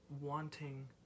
wanting